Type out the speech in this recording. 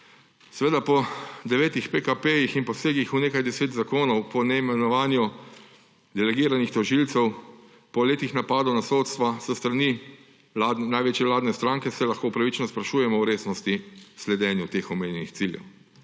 Seveda po devetih PKP-jih in posegih v nekaj deset zakonov, po neimenovanju delegiranih tožilcev, po letih napadov na sodstva s strani največje vladne stranke se lahko upravičeno sprašujemo o resnosti sledenja teh omenjenih ciljev.